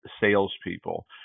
salespeople